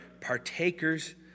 partakers